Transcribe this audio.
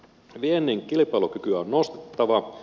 viennin kilpailukykyä on nostettava